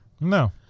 No